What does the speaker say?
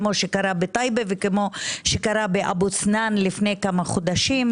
שקרה בטייבה ובאבו סנאן לפני כמה חודשים,